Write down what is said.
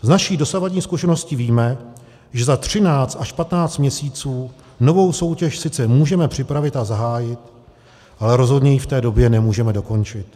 Z naší dosavadní zkušenosti víme, že za 13 až 15 měsíců novou soutěž sice můžeme připravit a zahájit, ale rozhodně ji v té době nemůžeme dokončit.